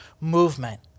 movement